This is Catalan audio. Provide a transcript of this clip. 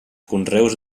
conreus